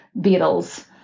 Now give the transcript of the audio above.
Beatles